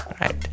right